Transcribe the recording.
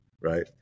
right